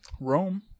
rome